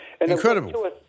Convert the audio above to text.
Incredible